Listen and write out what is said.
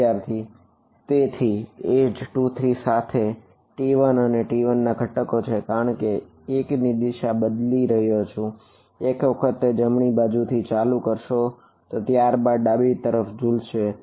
વિદ્યાર્થી તેથી એજ 2 3 સાથે T1 એ T1 ના ઘટકો છે કારણ કે 1 એ દિશા બદલી રહ્યો છે એક વખત તે જમણી બાજુ થી ચાલુ કરશે તો ત્યારબાદ તે ડાબી તરફ ઝૂલશે